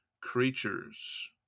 creatures